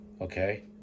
okay